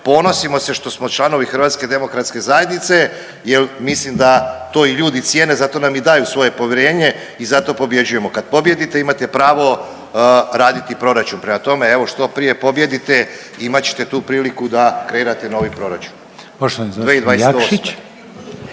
ponosimo se što smo članovi HDZ-a jer mislim da to i ljudi cijene, zato nam i daju svoje povjerenje i zato pobjeđujemo. Kad pobijedite, imate pravo raditi proračun. Prema tome, evo, što prije pobijedite, imat ćete tu priliku da kreirate novi proračun